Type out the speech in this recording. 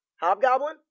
Hobgoblin